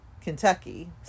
Kentucky